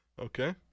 Okay